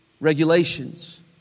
Regulations